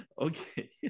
Okay